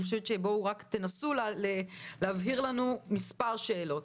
תנסו להבהיר לנו מספר שאלות.